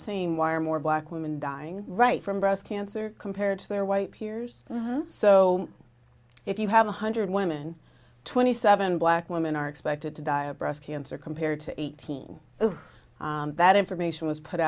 same wire more black women dying right from breast cancer compared to their white peers so if you have one hundred women twenty seven black women are expected to die of breast cancer compared to eighteen that information was put